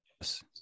yes